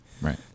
Right